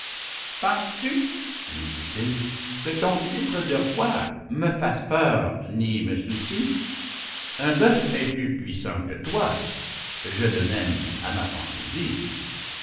penses-tu lui dit-il que ton titre de roi me fasse peur ni me soucie un bœuf est plus puissant que toi je le mène à ma fantaisie